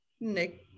Nick